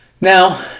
now